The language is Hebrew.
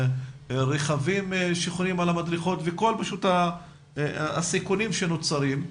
על רכבים שחונים על המדרכות וכל הסיכונים שנוצרים.